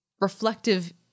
reflective